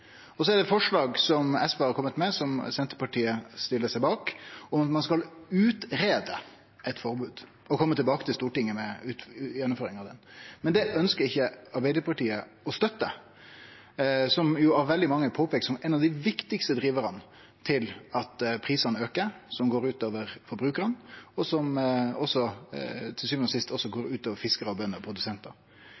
SV har kome med eit forslag, som Senterpartiet stiller seg bak, om at ein skal greie ut eit forbod og kome tilbake til Stortinget med gjennomføring av det. Det, som av veldig mange er peikt på som ein av dei viktigaste drivarane til at prisane aukar, som går utover forbrukarane, og som til sjuande og sist også går